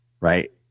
Right